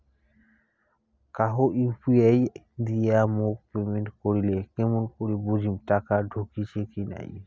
কাহো ইউ.পি.আই দিয়া মোক পেমেন্ট করিলে কেমন করি বুঝিম টাকা ঢুকিসে কি নাই?